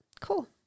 Cool